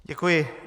Děkuji.